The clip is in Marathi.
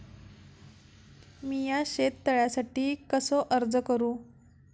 मीया शेत तळ्यासाठी कसो अर्ज करू?